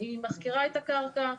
היא מחכירה את הקרקע.